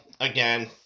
again